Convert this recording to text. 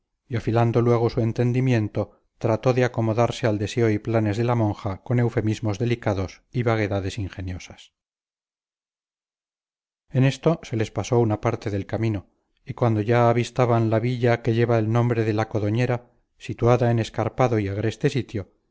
y afilando luego su entendimiento trató de acomodarse al deseo y planes de la monja con eufemismos delicados y vaguedades ingeniosas en esto se les pasó una parte del camino y cuando ya avistaban la villa que lleva el nombre de la codoñera situada en escarpado y agreste sitio